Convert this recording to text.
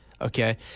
Okay